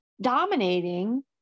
dominating